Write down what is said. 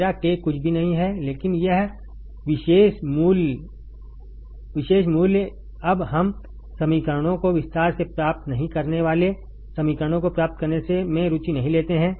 मेरा k कुछ भी नहीं है लेकिन यह विशेष मूल्य अब हम समीकरणों को विस्तार से प्राप्त नहीं करने वाले समीकरणों को प्राप्त करने में रुचि नहीं लेते हैं